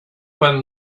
when